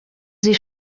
sie